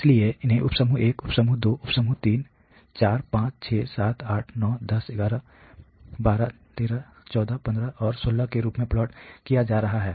इसलिए उन्हें उपसमूह 1 उपसमूह 2 उपसमूह 3 4 5 6 7 8 9 10 11 12 13 14 15 और 16 के रूप में प्लॉट किया जा रहा है